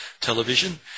television